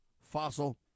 fossil